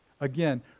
Again